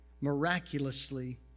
miraculously